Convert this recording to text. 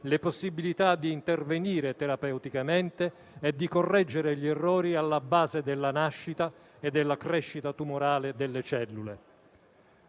le possibilità di intervenire terapeuticamente e di correggere gli errori alla base della nascita e della crescita tumorale delle cellule.